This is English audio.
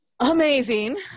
Amazing